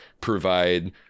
provide